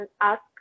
ask